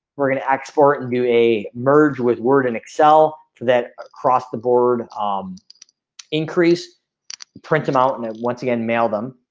we're gonna ask for it and do a merge with word and excel for that across the board um increase print them out and then once again mail them.